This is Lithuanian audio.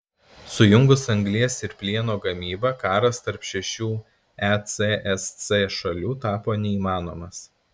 sujungus anglies ir plieno gamybą karas tarp šešių ecsc šalių tapo neįmanomas